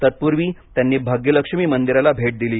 तत्पूर्वी त्यांनी भाग्यलक्ष्मी मंदिराला भेट दिली